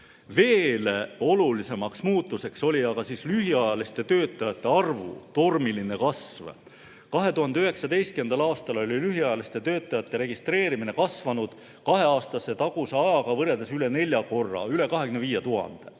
Veel olulisem muutus oli aga lühiajaliste töötajate arvu tormiline kasv. 2019. aastal oli lühiajaliste töötajate registreerimine kasvanud kahe aasta taguse ajaga võrreldes üle nelja korra: üle 25 000.